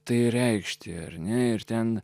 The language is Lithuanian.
tai reikšti ar ne ir ten